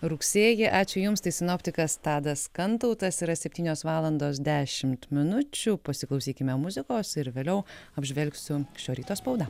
rugsėjį ačiū jums tai sinoptikas tadas kantautas yra septynios valandos dešimt minučių pasiklausykime muzikos ir vėliau apžvelgsiu šio ryto spaudą